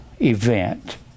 event